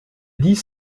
dit